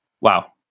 Wow